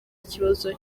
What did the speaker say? kibazo